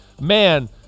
man